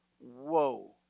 Whoa